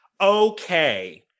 Okay